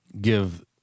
give